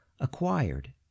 acquired